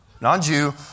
non-Jew